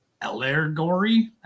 Allegory